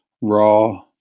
raw